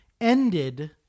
ended